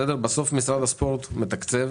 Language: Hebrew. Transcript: בסוף משרד הספורט מתקצב